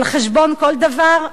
על חשבון כל דבר,